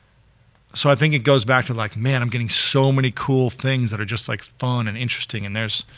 so i think it goes back to like, man i'm getting so many cool things that are just like fun and interesting and there's,